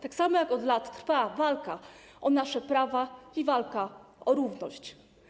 Tak samo jak od lat trwa walka o nasze prawa i walka o równość.